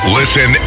listen